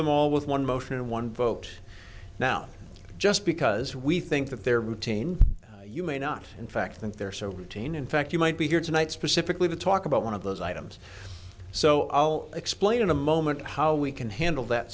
them all with one motion and one vote now just because we think that they're routine you may not in fact think they're so routine in fact you might be here tonight specifically to talk about one of those items so i'll explain in a moment how we can handle that